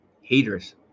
Haters